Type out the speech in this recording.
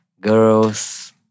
Girls